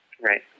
Right